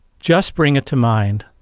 just bring it to mind.